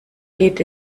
geht